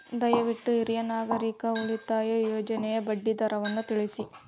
ದಯವಿಟ್ಟು ಹಿರಿಯ ನಾಗರಿಕರ ಉಳಿತಾಯ ಯೋಜನೆಯ ಬಡ್ಡಿ ದರವನ್ನು ತಿಳಿಸಿ